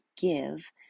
give